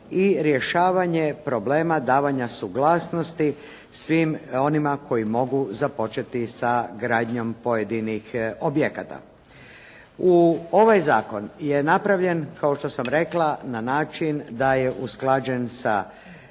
i rješavanje problema davanja suglasnosti svim onima koji mogu započeti sa gradnjom pojedinih objekata. U ovaj zakon je napravljen, kao što sam rekla na način da je usklađen sa